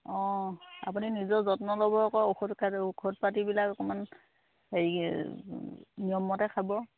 অঁ আপুনি নিজৰ যত্ন ল'ব আকৌ ঔষধ পাতিবিলাক অকণমান হেৰি নিয়ম মতে খাব